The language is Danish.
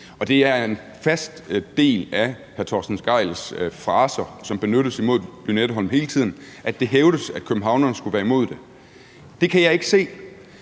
Det er en fast del af hr. Torsten Gejls fraser, som benyttes imod Lynetteholmen hele tiden, at det hævdes, at københavnerne skulle være imod det. Det kan jeg ikke se,